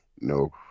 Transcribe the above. No